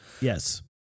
Yes